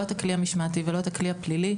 לא את הכלי המשמעתי ולא את הכלי הפלילי.